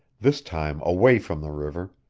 this time away from the river,